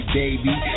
baby